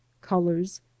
colors